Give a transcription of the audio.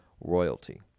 royalty